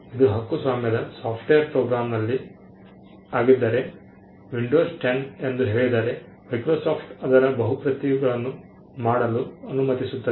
ಇದು ಹಕ್ಕುಸ್ವಾಮ್ಯದ software program ಆಗಿದ್ದರೆ ವಿಂಡೋಸ್ 10 ಎಂದು ಹೇಳಿದರೆ ಮೈಕ್ರೋಸಾಫ್ಟ್ ಅದರ ಬಹು ಪ್ರತಿಗಳನ್ನು ಮಾಡಲು ಅನುಮತಿಸುತ್ತದೆ